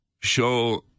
show